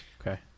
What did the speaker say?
Okay